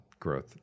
growth